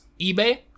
eBay